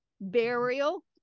burial